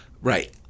right